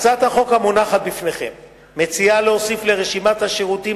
בהצעת החוק המונחת לפניכם מוצע להוסיף לרשימת השירותים